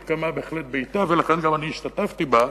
והתקיימה בהחלט בעתה ולכן גם אני השתתפתי בה.